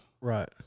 Right